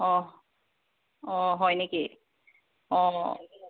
অ অ হয়নেকি অ